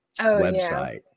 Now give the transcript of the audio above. website